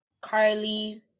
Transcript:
carly